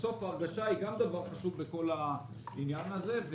בסוף ההרגשה היא גם דבר חשוב בכל העניין הזה.